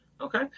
Okay